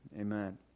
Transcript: amen